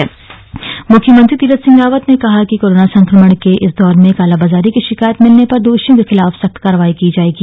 Covid समीक्षा मुख्यमंत्री तीरथ सिंह रावत ने कहा है कि कोरोना संक्रमण के इस दौर में कालाबाजारी की शिकायत मिलने पर दोषियों के र्खिलाफ सख्त कार्रवाई की जायेगी